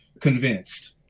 convinced